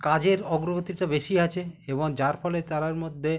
কাজের অগ্রগতিটা বেশি আছে এবং যার ফলে তারার মধ্যে